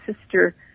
sister